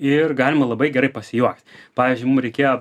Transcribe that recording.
ir galima labai gerai pasijuokt pavyzdžiui mum reikėjo